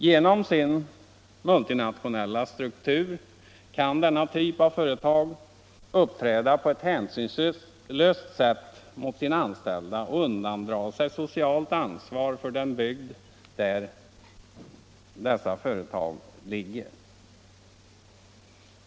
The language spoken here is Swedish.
Genom sin multinationella struktur kan denna typ av företag uppträda på ett hänsynslöst sätt mot sina anställda och undandra sig socialt ansvar för den bygd där företagen ligger.